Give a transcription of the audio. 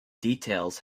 details